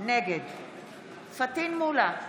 נגד פטין מולא,